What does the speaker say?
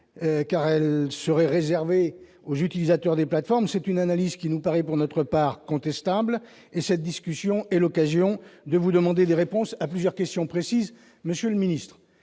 car elle serait réservée aux utilisateurs des plateformes. C'est une analyse qui nous paraît, pour notre part, contestable, et cette discussion est l'occasion de vous demander des réponses à plusieurs questions précises, monsieur le secrétaire